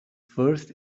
first